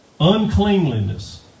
Uncleanliness